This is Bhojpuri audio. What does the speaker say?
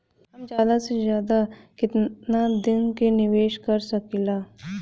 हम ज्यदा से ज्यदा केतना दिन के निवेश कर सकिला?